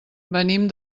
venim